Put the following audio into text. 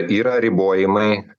yra ribojimai